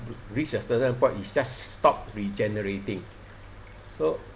reached a certain point it just stop regenerating so